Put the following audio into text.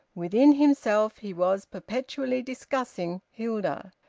within himself he was perpetually discussing hilda,